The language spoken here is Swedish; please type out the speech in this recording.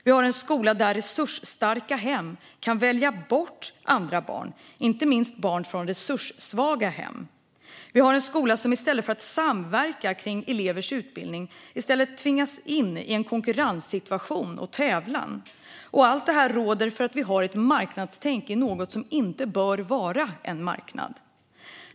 Vi har en skola där resursstarka hem kan välja bort andra barn, inte minst barn från resurssvaga hem. Vi har en skola som, i stället för att samverka kring elevers utbildning, tvingas in i en konkurrenssituation och tävlan, och allt detta råder för att vi har ett marknadstänk i något som inte bör vara en marknad.